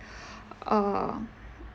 err